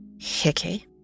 Hickey